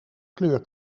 kleur